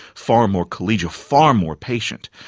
far more collegial, far more patient,